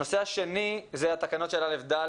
הנושא השני זה התקנות של א'-ד',